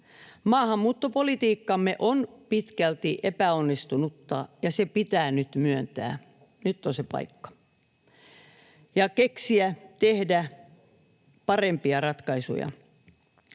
Maahanmuuttopolitiikkamme on pitkälti epäonnistunutta, ja se pitää nyt myöntää — nyt on se paikka — ja keksiä, tehdä parempia ratkaisuja.